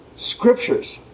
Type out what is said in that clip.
Scriptures